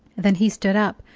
then he stood up,